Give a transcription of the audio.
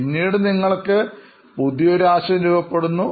പിന്നീട് നിങ്ങൾ പുതിയൊരു ആശയം രൂപപ്പെടുന്നു